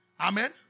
Amen